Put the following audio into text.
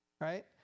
Right